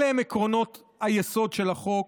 אלה הם עקרונות היסוד של החוק,